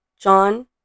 John